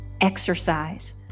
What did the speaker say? exercise